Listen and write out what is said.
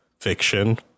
fiction